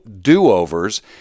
do-overs